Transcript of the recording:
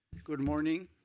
good morning.